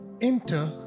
enter